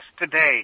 today